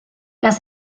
las